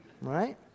Right